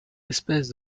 espèces